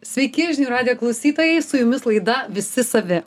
sveiki žinių radijo klausytojai su jumis laida visi savi